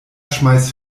schmeiß